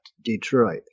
Detroit